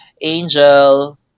angel